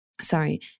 sorry